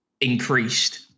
increased